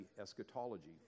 eschatology